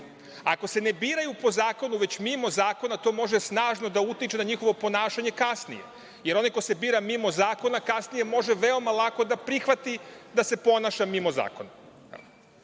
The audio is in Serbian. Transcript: Ako se ne biraju po zakonu već mimo zakona, to može snažno da utiče na njihovo ponašanje kasnije, jer onaj ko se bira mimo zakona kasnije može veoma lako da prihvati da se ponaša mimo zakona. Što